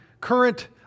current